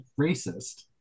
racist